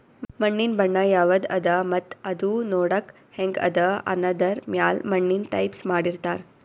ಮಣ್ಣಿನ್ ಬಣ್ಣ ಯವದ್ ಅದಾ ಮತ್ತ್ ಅದೂ ನೋಡಕ್ಕ್ ಹೆಂಗ್ ಅದಾ ಅನ್ನದರ್ ಮ್ಯಾಲ್ ಮಣ್ಣಿನ್ ಟೈಪ್ಸ್ ಮಾಡಿರ್ತಾರ್